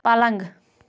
پلنٛگ